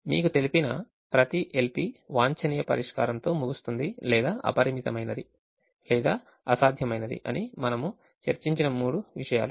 కాబట్టి మీకు తెలిసిన ప్రతి LP వాంఛనీయ పరిష్కారంతో ముగుస్తుంది లేదా అపరిమితమైనది లేదా అసాధ్యమైనది అని మనము చర్చించిన మూడు విషయాలు